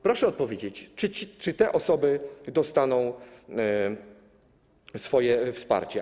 Proszę odpowiedzieć, czy te osoby dostaną swoje wsparcie.